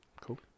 cool